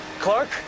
Clark